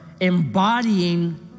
embodying